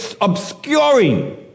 obscuring